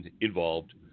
involved